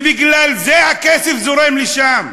ובגלל זה הכסף זורם לשם.